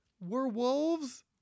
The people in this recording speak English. Werewolves